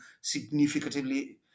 significantly